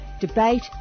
debate